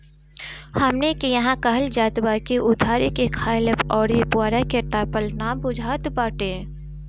हमनी के इहां कहल जात बा की उधारी के खाईल अउरी पुअरा के तापल ना बुझात बाटे